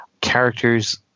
Characters